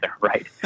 right